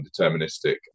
deterministic